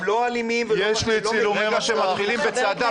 הם לא אלימים --- יש לי צילומי מסך --- חבר הכנסת כסיף,